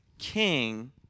king